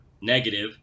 negative